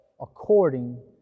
according